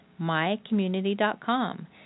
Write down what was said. mycommunity.com